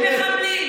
באמת?